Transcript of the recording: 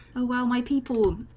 ah while my people,